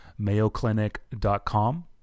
mayoclinic.com